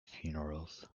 funerals